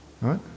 right